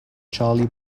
charlie